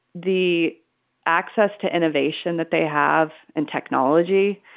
the access to innovation that they have in technology,